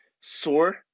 sore